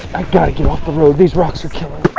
got to get off the road. these rocks are killing